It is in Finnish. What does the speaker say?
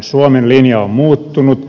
suomen linja on muuttunut